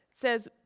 says